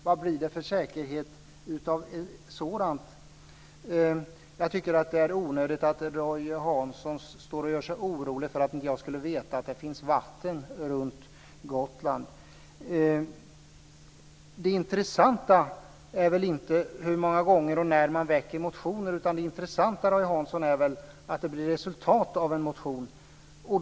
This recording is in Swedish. Vad blir det för säkerhet av sådant? Jag tycker att det är onödigt att Roy Hansson framställer sig som orolig för att jag inte skulle veta att det finns vatten runt Gotland. Det intressanta är väl inte hur många gånger och när man väcker motioner, utan det är väl, Roy Hansson, att det blir resultat av en motion.